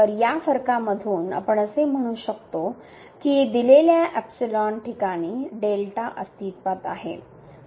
तर या फरकामधून आपण असे म्हणू शकतो की दिलेल्या ठिकाणी अस्तित्वात आहे